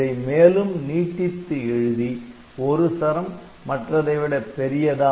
இதை மேலும் நீட்டித்து எழுதி ஒரு சரம் மற்றதை விட பெரியதா